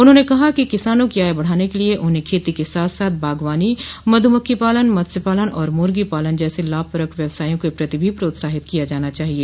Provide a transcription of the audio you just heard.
उन्होंने कहा कि किसानों की आय बढ़ाने के लिए उन्हें खेती के साथ साथ बागवानी मध्मक्खी पालन मस्त्य पालन और मूर्गी पालन जैसे लाभ परक व्यवसायों के प्रति भी प्रोत्साहित किया जाना चाहिए